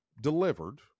delivered